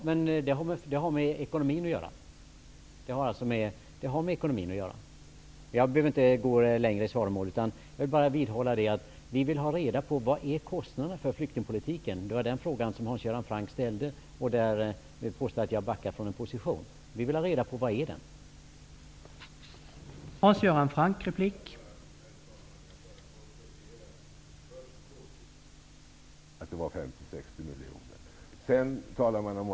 Herr talman! Det hela har alltså med ekonomi att göra. Jag behöver inte gå i ytterligare svaromål. Jag vidhåller att vi vill ha reda på vad kostnaderna för flyktingpolitiken är. Det var den frågan som Hans Göran Franck ställde, samtidigt som han påstod att jag hade backat från en position. Vi vill ha reda på vad kostnaderna uppgår till.